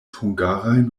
hungarajn